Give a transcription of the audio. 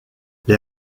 les